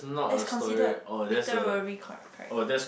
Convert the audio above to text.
is considered literary correct character